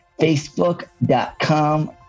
Facebook.com